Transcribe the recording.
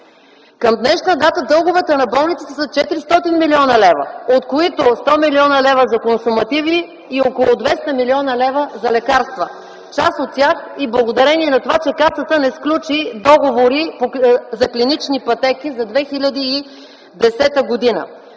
Към днешна дата дълговете на болниците са 400 млн. лв., от които 100 млн. лв. за консумативи, и около 200 млн. лв. за лекарства. Част от тях и благодарение на това, че Касата не сключи договори за клинични пътеки за 2010 г.